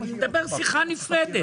אנחנו נדבר בשיחה נפרדת.